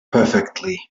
perfectly